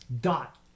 dot